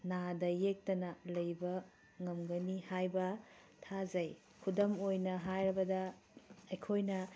ꯅꯥꯗ ꯌꯦꯛꯇꯅ ꯂꯩꯕ ꯉꯝꯒꯅꯤ ꯍꯥꯏꯕ ꯊꯥꯖꯩ ꯈꯨꯗꯝ ꯑꯣꯏꯅ ꯍꯥꯏꯔꯕꯗ ꯑꯩꯈꯣꯏꯅ